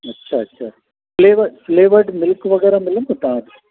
अच्छा अच्छा flavour flavoured milk वग़ैरह मिलंदो तव्हां वटि